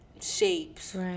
shapes